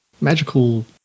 magical